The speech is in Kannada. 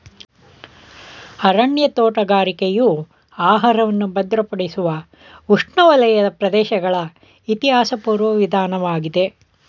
ಅರಣ್ಯ ತೋಟಗಾರಿಕೆಯು ಆಹಾರವನ್ನು ಭದ್ರಪಡಿಸುವ ಉಷ್ಣವಲಯದ ಪ್ರದೇಶಗಳ ಇತಿಹಾಸಪೂರ್ವ ವಿಧಾನವಾಗಿದೆ